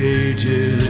ages